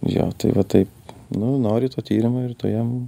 jo tai va taip nu nori to tyrimo ir tu jam